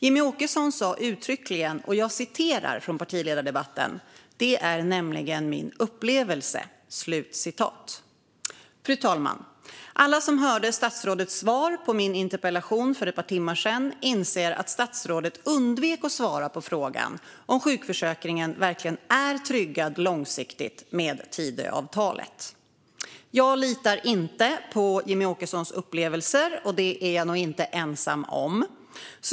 I partiledardebatten sa Jimmie Åkesson uttryckligen: "Det är nämligen min upplevelse." Fru talman! Alla som hörde statsrådets svar på min interpellation för ett par timmar sedan inser att statsrådet undvek att svara på frågan om sjukförsäkringen verkligen är tryggad långsiktigt med Tidöavtalet. Jag litar inte på Jimmie Åkessons upplevelser, och det är jag nog inte ensam om.